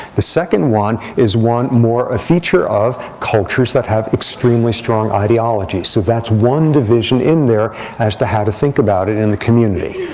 the second one is one more a feature of cultures that have extremely strong ideologies. so that's one division in there as to how to think about it in the community.